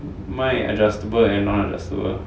卖 adjustable and non-adjustable